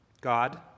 God